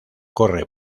corre